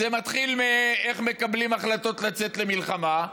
זה מתחיל מאיך מקבלים החלטות לצאת למלחמה,